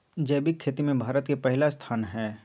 जैविक खेती में भारत के पहिला स्थान हय